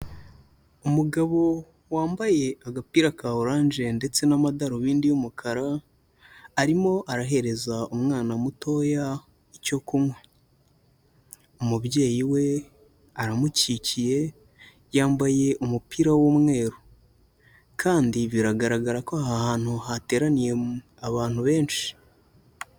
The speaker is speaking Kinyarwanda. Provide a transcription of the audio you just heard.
Umugabo wambaye agapira ka oranje ndetse n'amadarubindi y'umukara, arimo arahereza umwana mutoya icyo kunywa. Umubyeyi we aramukikiye, yambaye umupira w'umweru. Kandi biragaragara ko aha hantu hateraniye abantu benshi.